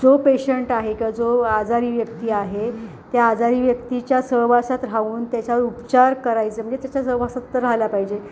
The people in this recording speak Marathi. जो पेशंट आहे किंवा जो आजारी व्यक्ती आहे त्या आजारी व्यक्तीच्या सहवासात राहून त्याच्यावर उपचार करायचे म्हणजे त्याच्या सहवासात तर राहायला पाहिजे